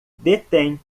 detém